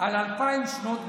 על אלפיים שנות גלות,